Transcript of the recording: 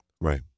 right